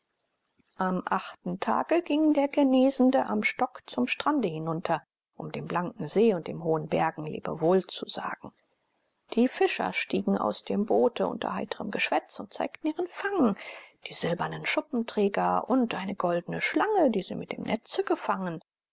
am achten tage ging der genesende am stock zum strande hinunter um dem blanken see und den hohen bergen lebewohl zu sagen die fischer stiegen aus dem boote unter heiterem geschwätz und zeigten ihren fang die silbernen schuppenträger und eine goldene schlange die sie mit dem netze gefangen